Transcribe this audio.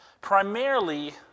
primarily